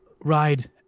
ride